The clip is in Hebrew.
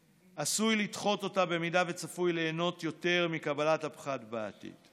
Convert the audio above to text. והוא עשוי לדחות אותה במידה שהוא צפוי ליהנות יותר מקבלת הפחת בעתיד.